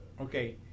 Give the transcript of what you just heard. Okay